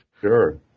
Sure